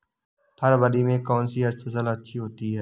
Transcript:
फरवरी में कौन सी फ़सल अच्छी होती है?